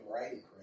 writing